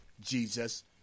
Jesus